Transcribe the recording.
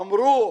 אמרו: